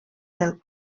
del